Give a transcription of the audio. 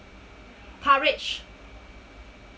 courage